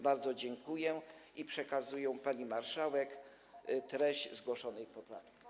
Bardzo dziękuję i przekazuję pani marszałek treść zgłoszonej poprawki.